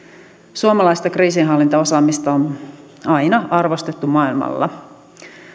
suomalaista kriisinhallintaosaamista on aina arvostettu maailmalla